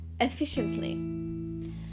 efficiently